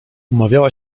umawiała